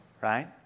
Right